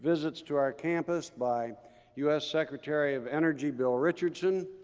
visits to our campus by us secretary of energy bill richardson,